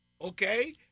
okay